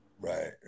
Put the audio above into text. Right